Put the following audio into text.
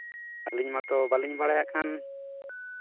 ᱟᱹᱞᱤᱧ ᱢᱟᱛᱚ ᱵᱟᱹᱞᱤᱧ ᱵᱟᱲᱟᱭᱟ ᱟᱜ ᱠᱷᱟᱱ